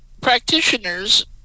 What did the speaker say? practitioners